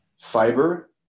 fiber